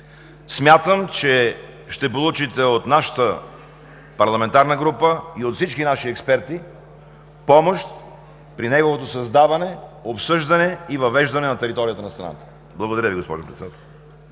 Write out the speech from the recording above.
Смятам, че ще получите от нашата парламентарна група и от всички наши експерти помощ при неговото създаване, обсъждане и въвеждане на територията на страната. Благодаря Ви, госпожо Председател.